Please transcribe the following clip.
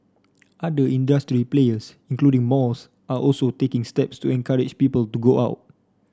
other industry players including malls are also taking steps to encourage people to go out